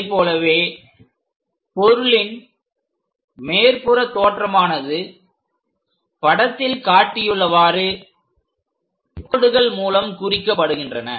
அதைப் போலவே பொருளின் மேற்புற தோற்றமானது படத்தில் காட்டியுள்ளவாறு கோடுகள் மூலம் குறிக்கப்படுகின்றன